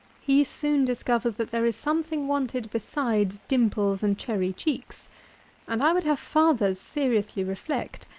he soon discovers that there is something wanted besides dimples and cherry cheeks and i would have fathers seriously reflect,